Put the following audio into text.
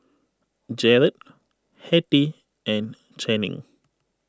Jarod Hetty and Channing